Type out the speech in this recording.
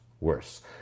worse